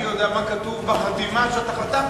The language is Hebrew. אני יודע מה כתוב בחתימה שאתה חתמת.